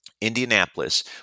Indianapolis